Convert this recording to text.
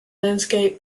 landscape